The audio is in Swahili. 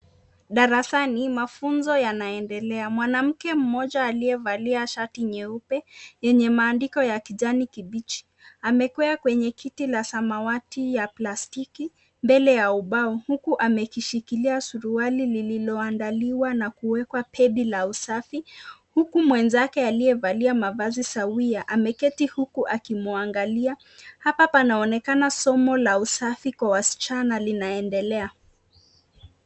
Darasani mafunzo yanaendelea. Mwanamke mmoja aliyevaa shati nyeupe yenye maandiko ya kijani kibichi amekwea kwenye kiti la samawati ya plastiki mbele ya ubao huku amekishikilia suruali lililoandaliwa na kuwekwa pedi la usafi huku mwenzake aliyevaa mavazi sawia ameketi huku akimwangalia. Hapa panaonekana somo la usafi kwa wasichana linaendelea.